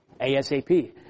ASAP